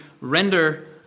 render